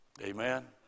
Amen